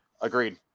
Agreed